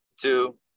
two